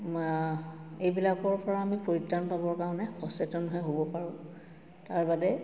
এইবিলাকৰ পৰা আমি পৰিত্ৰাণ পাবৰ কাৰণে সচেতনহে হ'ব পাৰোঁ তাৰ বাদে